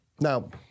Now